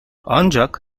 ancak